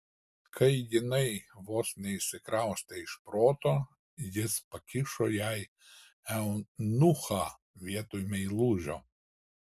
kai jinai vos neišsikraustė iš proto jis pakišo jai eunuchą vietoj meilužio